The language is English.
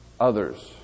others